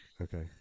Okay